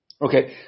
Okay